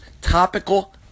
topical